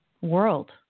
world